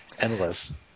Endless